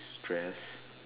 stress